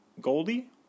Goldie